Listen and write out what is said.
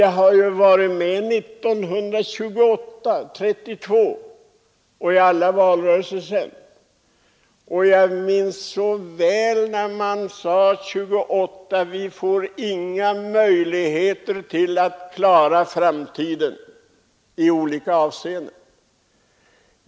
Jag har dock varit med både i 1928 och 1932 års valrörelser liksom även i alla de valrörelser som därefter förekommit, och jag minns hur man år 1928 sade att vi inte skulle ha några möjligheter att klara problemen i framtiden.